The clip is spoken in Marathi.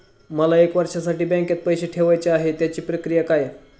मला एक वर्षासाठी बँकेत पैसे ठेवायचे आहेत त्याची प्रक्रिया काय?